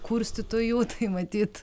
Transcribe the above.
kurstytojų matyt